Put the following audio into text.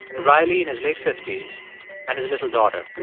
riley in his late fifty s and his little daughter,